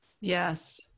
yes